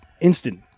instant